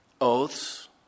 oaths